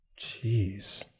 jeez